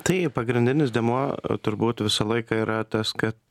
tai pagrindinis dėmuo turbūt visą laiką yra tas kad